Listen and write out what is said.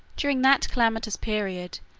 during that calamitous period,